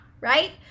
right